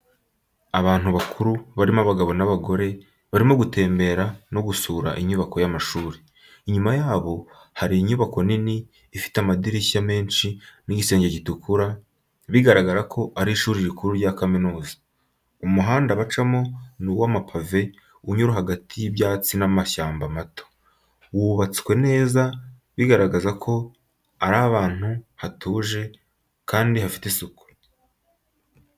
Abantu bakuru, harimo abagabo n’abagore, barimo gutembera no gusura inyubako y’amashuri. Inyuma yabo hari inyubako nini, ifite amadirishya menshi n’igisenge gitukura, bigaragara ko ari ishuri rikuru rya kaminuza. Umuhanda bacamo ni uw'amapave unyura hagati y’ibyatsi n’amashyamba mato, wubatswe neza, bigaragaza ko ari ahantu hatuje, kandi hafite isuku.